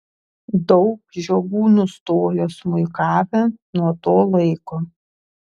daug žiogų nustojo smuikavę nuo to laiko